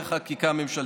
דרך חקיקה ממשלתית.